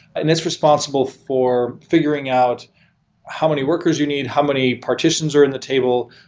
and it's responsible for figuring out how many workers you need, how many partitions are in the table,